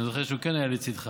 אני זוכר שהוא כן היה לצידך,